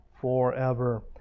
forever